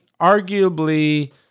arguably